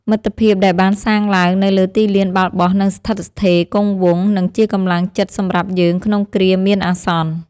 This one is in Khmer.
មិត្តភាពដែលបានសាងឡើងនៅលើទីលានបាល់បោះនឹងស្ថិតស្ថេរគង់វង្ស និងជាកម្លាំងចិត្តសម្រាប់យើងក្នុងគ្រាមានអាសន្ន។